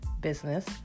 business